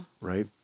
Right